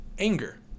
anger